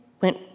went